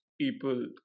people